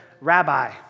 Rabbi